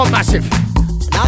Massive